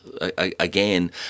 again